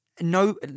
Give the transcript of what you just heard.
no